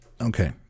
Okay